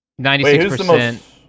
96%